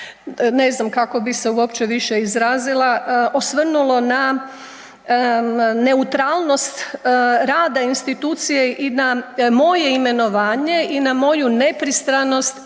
ne znam kako bi se uopće više izrazila osvrnulo na neutralnost rada institucije i na moje imenovanje i na moju nepristranost ili u